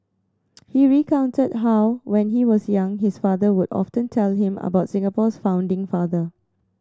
he recounted how when he was young his father would often tell him about Singapore's founding father